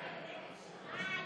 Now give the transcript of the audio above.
אינו